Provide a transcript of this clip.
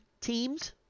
teams